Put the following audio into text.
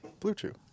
Bluetooth